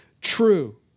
true